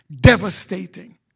devastating